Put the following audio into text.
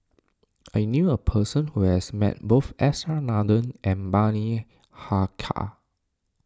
I knew a person who has met both S R Nathan and Bani Haykal